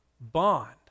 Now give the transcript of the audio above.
bond